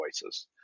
voices